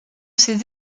ces